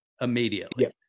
immediately